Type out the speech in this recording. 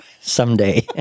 someday